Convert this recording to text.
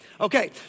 Okay